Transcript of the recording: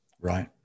Right